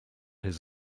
his